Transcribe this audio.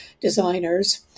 designers